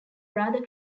radha